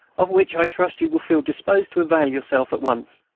of which i trust you will feel disposed to avail yourself at once.